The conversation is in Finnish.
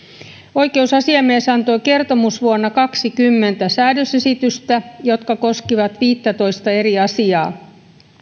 oikeusasiamies antoi kertomusvuonna kaksikymmentä säädösesitystä jotka koskivat viittätoista eri asiaa